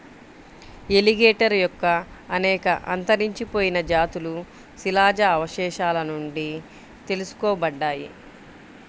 alligator యొక్క అనేక అంతరించిపోయిన జాతులు శిలాజ అవశేషాల నుండి తెలుసుకోబడ్డాయి